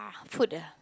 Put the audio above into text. I'll put the